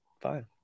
Fine